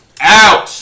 out